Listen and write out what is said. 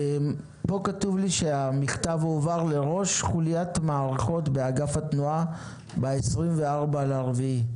פה כתוב לי שהמכתב הועבר לראש חולית מערכות באגף התנועה ב-24 באפריל.